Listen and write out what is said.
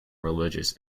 religious